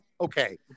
okay